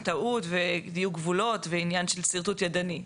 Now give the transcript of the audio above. טעות ודיוק גבולות ועניין של שרטוט ידני.